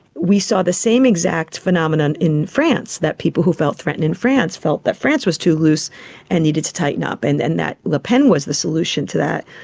we saw the same exact a phenomenon in france, that people who felt threatened in france felt that france was to loose and needed to tighten up and and that le pen was the solution to that.